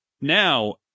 Now